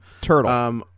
Turtle